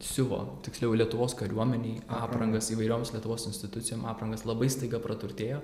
siuvo tiksliau lietuvos kariuomenei aprangas įvairioms lietuvos institucijom aprangas labai staiga praturtėjo